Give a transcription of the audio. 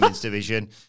division